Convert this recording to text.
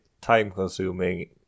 time-consuming